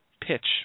pitch